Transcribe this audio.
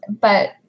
But-